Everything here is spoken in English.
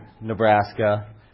Nebraska